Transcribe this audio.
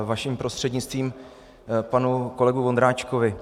Vaším prostřednictvím k panu kolegovi Ondráčkovi.